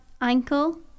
ankle